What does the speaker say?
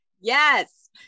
Yes